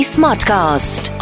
Smartcast